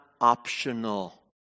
optional